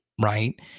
right